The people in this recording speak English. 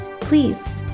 please